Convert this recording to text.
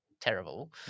terrible